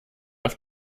auf